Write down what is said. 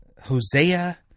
hosea